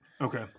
Okay